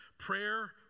prayer